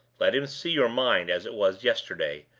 let him see your mind as it was yesterday,